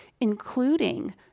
including